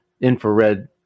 infrared